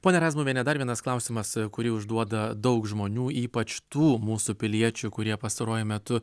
ponia razmuviene dar vienas klausimas kurį užduoda daug žmonių ypač tų mūsų piliečių kurie pastaruoju metu